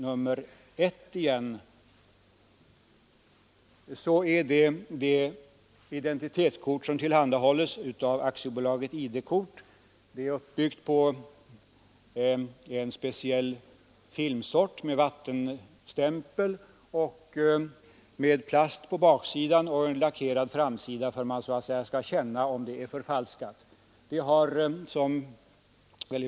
Nästa bild visar det identitetskort som tillhandahålles av AB ID-kort. Det är uppbyggt på en speciell filmsort med ingående vattenstämpel med plast på baksidan samt en lackerad framsida för att man skall kunna känna om det är förfalskat.